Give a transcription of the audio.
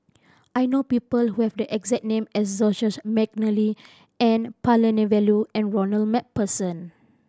I know people who have the exact name as Joseph McNally N Palanivelu and Ronald Macpherson